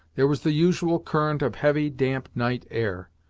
there was the usual current of heavy, damp night air,